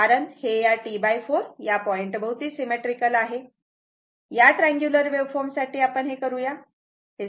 कारण हे t 4 या पॉईंट भोवती सिमेट्रीकल आहे या ट्रँग्युलर वेव्हफॉर्म साठी आपण हे करू या